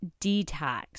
detox